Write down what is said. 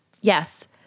yes